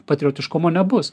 patriotiškumo nebus